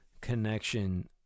connection